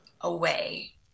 away